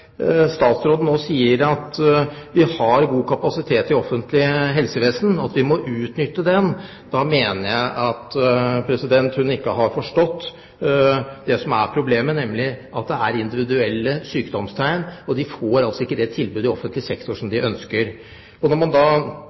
statsråden nå sier at vi har god kapasitet i det offentlige helsevesen, og at vi må utnytte den, mener jeg at hun ikke har forstått det som er problemet, nemlig at disse pasientene har individuelle sykdomstegn, og at de ikke får det tilbudet i offentlig sektor som de ønsker. Når man